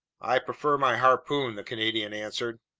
i prefer my harpoon, the canadian answered.